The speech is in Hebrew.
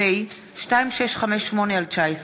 פ/2658/19